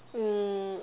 um